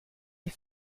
les